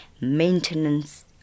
maintenance